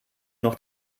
noch